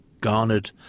garnered